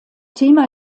thema